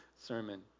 sermon